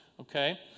Okay